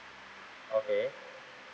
okay